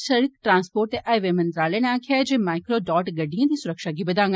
शिड़क ट्रांसपोर्ट ते हाईवे मंत्रालय नै आक्खेया जे माइक्रोडॉट गडिडएं दी सुरक्षा गी बदाग